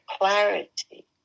clarity